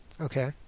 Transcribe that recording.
Okay